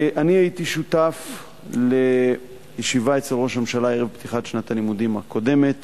אני הייתי שותף לישיבה אצל ראש הממשלה ערב פתיחת שנת הלימודים הקודמת,